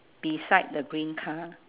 beside the green car